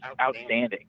outstanding